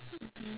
mmhmm